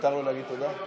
מותר לו להגיד תודה?